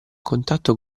contatto